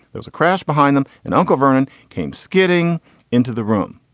there's a crash behind them. and uncle vernon came skidding into the room.